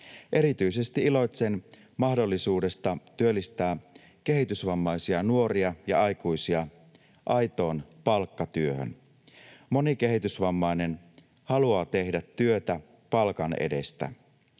Erityisesti iloitsen mahdollisuudesta työllistää kehitysvammaisia nuoria ja aikuisia aitoon palkkatyöhön. Moni kehitysvammainen haluaa tehdä työtä palkan edestä.